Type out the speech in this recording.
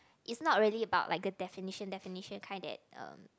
it's not really about like a definition definition kind that uh